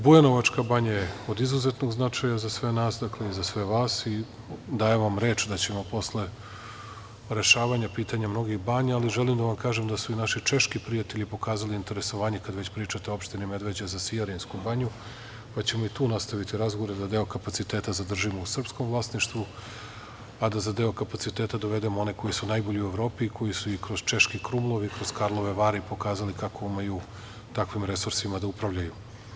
Bujanovačka banja je od izuzetnog značaja za sve nas i za sve vas i dajem vam reč da ćemo posle rešavanja pitanja mnogih banja, ali želim da vam kažem da su i naši češki prijatelji pokazali interesovanje, kad već pričate o opštini Medveđa za Sijarinsku banju, pa ćemo i tu nastaviti razgovore da deo kapaciteta zadržimo u srpskom vlasništvu, a da za deo kapaciteta dovedemo one koji su najbolji u Evropi i koji su i kroz Češki Krumov i kroz Karlove Vari pokazali kako umeju takvim resursima da upravljaju.